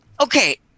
Okay